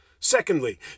Secondly